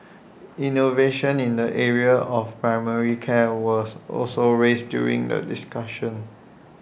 innovation in the area of primary care was also raised during the discussion